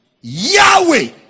Yahweh